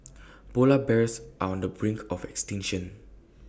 Polar Bears are on the brink of extinction